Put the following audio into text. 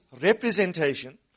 representation